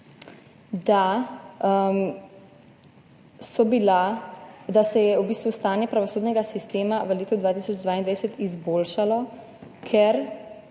nas spomni, da se je v bistvu stanje pravosodnega sistema v letu 2022 izboljšalo, ker